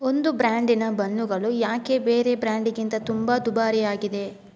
ಒಂದು ಬ್ರ್ಯಾಂಡಿನ ಬನ್ನುಗಳು ಯಾಕೆ ಬೇರೆ ಬ್ರ್ಯಾಂಡ್ಗಿಂತ ತುಂಬ ದುಬಾರಿ ಆಗಿದೆ